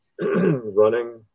running